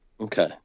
Okay